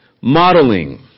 Modeling